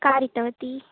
कारितवती